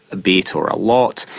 a bit, or a lot?